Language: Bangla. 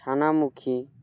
ছানামুখী